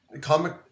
comic